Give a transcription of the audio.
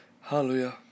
Hallelujah